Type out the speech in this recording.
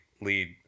lead